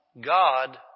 God